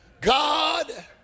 God